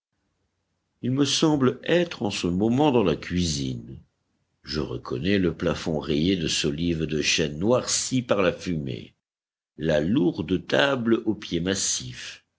il me semble être en ce moment dans la cuisine je reconnais le plafond rayé de solives de chêne noircies par la fumée la lourde table aux pieds massifs